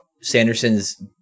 Sanderson's